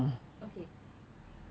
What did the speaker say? okay